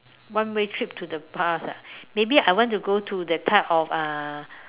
one way trip to the past ah maybe I want to go to that type of uh